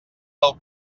del